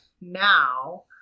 now